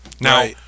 Now